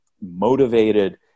motivated